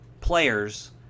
players